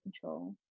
control